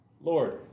Lord